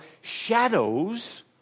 shadows